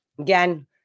again